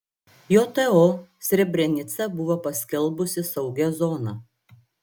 jto srebrenicą buvo paskelbusi saugia zona